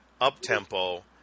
up-tempo